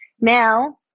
Now